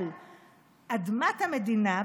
אבל אדמת המדינה,